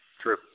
True